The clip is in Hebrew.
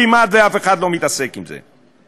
כמעט אף אחד לא מתעסק בזה.